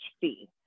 fee